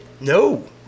No